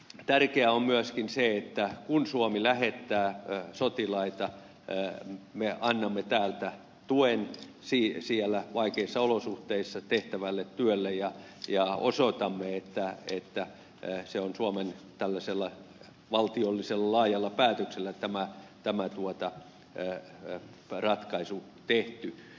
tärkeää on myöskin se että kun suomi lähettää sotilaita me annamme täältä tuen siellä vaikeissa olosuhteissa tehtävälle työlle ja osoitamme että se on tällaisella valtiollisella laajalla päätöksellä tämä ratkaisu tehty